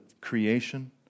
creation